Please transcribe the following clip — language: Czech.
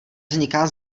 vzniká